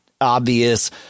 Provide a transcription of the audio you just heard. obvious